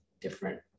different